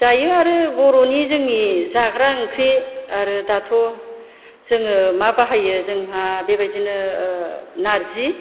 जायो आरो बर'नि जोंनि जाग्रा ओंख्रि आरो दाथ' जोङो मा बाहायो जोंहा बेबायदिनो नारजि